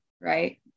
right